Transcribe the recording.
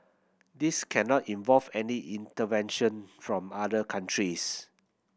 this cannot involve any intervention from other countries